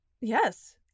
yes